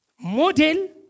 model